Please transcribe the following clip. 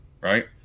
right